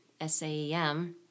SAEM